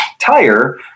tire